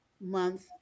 month